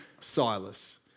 Silas